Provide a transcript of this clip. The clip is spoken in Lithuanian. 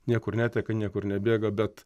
niekur neteka niekur nebėga bet